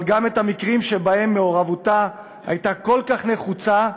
אבל גם את המקרים שבהם מעורבותה הייתה כל כך נחוצה,